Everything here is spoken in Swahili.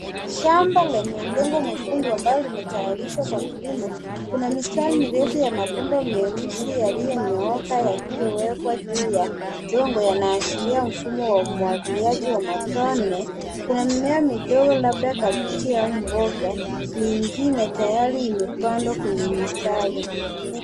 Shamba lenye udongo mwekundu ambalo limetayarishwa kwa kilimo, kuna mistari mirefu ya mabomba meusi yaliyonyooka yaliyowekwa juu ya udongo yanaashiria mfumo wa umwagiliaji wa matone. Kuna mimea midogo labda kabichi au mboga nyingine tayari imepandwa kwenye mistari.